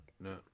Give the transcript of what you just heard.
no